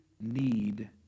need